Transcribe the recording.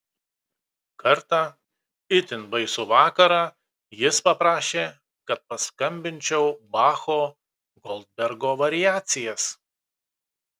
kartą itin baisų vakarą jis paprašė kad paskambinčiau bacho goldbergo variacijas